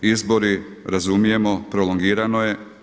Izbori razumijemo, prolongirano je.